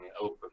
open